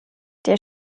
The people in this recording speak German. der